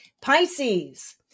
Pisces